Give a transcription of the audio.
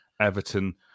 Everton